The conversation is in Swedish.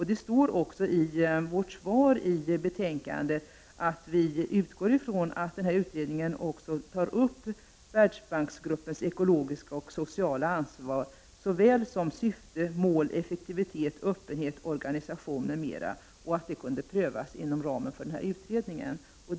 Det står i vår skrivning i betänkandet att vi utgår från att Världsbanksgruppens ekologiska och sociala ansvar såväl som syfte, mål, effektivitet, öppenhet, organisation m.m. kan prövas inom ramen för denna utredning.